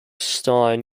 stein